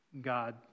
God